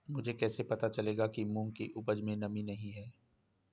मुझे कैसे पता चलेगा कि मूंग की उपज में नमी नहीं है?